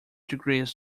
degrees